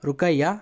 Ruqaiya